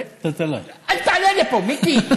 אל תעלה לפה, מיקי.